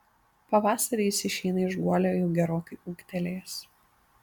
pavasarį jis išeina iš guolio jau gerokai ūgtelėjęs